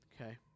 Okay